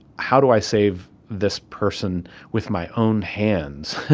how do i save this person with my own hands?